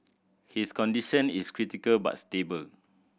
his condition is critical but stable